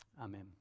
Amen